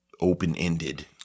open-ended